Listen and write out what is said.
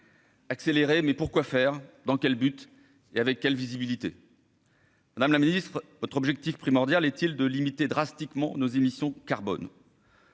Accélérer mais pourquoi faire, dans quel but et avec quelle visibilité. Madame la ministre, notre objectif primordial est-il de limiter drastiquement nos émissions carbone.